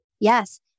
Yes